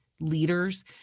leaders